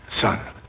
son